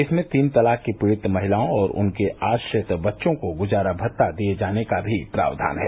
इसमें तीन तलाक की पीडित महिलाओं और उनके आश्रित बच्चों को गुजारा भत्ता दिए जाने का भी प्रावधान है